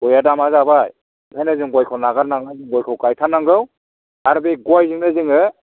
गया दामा जाबाय बेखायनो जों गयखौ नागार नाङा गयखौ गायथारनांगौ आरो बे गयजोंनो जोङो